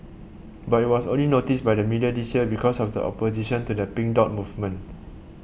but it was only noticed by the media this year because of the opposition to the Pink Dot movement